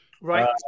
Right